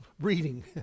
reading